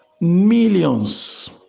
millions